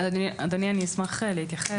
אדוני, אני אשמח להתייחס.